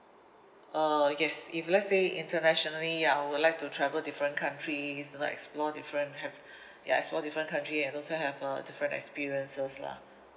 uh yes if let's say internationally ya I would like to travel different countries you know explore different ha~ ya explore different country and also have uh different experiences lah